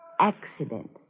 Accident